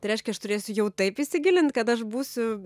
tai reiškia aš turėsiu jau taip įsigilint kad aš būsiu